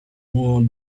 more